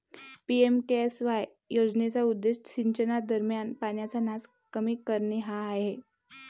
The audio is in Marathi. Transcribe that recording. पी.एम.के.एस.वाय योजनेचा उद्देश सिंचनादरम्यान पाण्याचा नास कमी करणे हा आहे